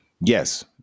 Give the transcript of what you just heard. Yes